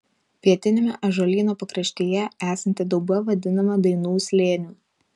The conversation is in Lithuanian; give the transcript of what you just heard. pietiniame ąžuolyno pakraštyje esanti dauba vadinama dainų slėniu